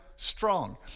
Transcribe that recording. strong